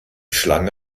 schlange